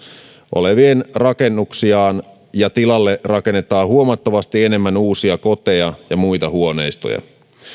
olevia rakennuksiaan ja tilalle rakennetaan huomattavasti enemmän uusia koteja ja muita huoneistoja